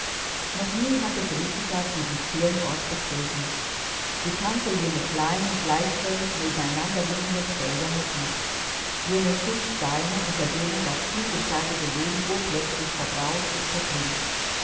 noch nie hatte felicitas diesen stillen ort betreten sie kannte jene kleinen gleichförmig nebeneinander liegenden felder noch nicht jene schlußsteine unter denen das vielgestaltige leben urplötzlich verbraust und verklingt